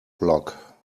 block